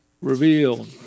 revealed